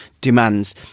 demands